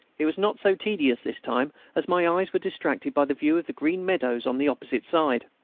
it was not so tedious this time, as my eyes were distracted by the view of the green meadows on the opposite side.